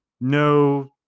no